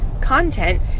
content